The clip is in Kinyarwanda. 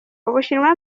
ubushinwa